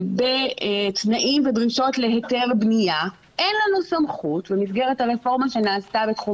בתנאים ובדרישות להיתר בנייה אין לנו סמכות במסגרת הרפורמה שנעשתה בתחום